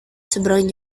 seberang